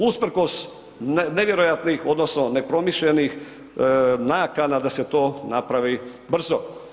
Usprkos nevjerojatnih odnosno nepromišljenih nakana da se to napravi brzo.